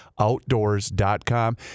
Outdoors.com